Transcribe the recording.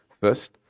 First